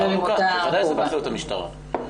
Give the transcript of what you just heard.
זה כן באחריות המשטרה.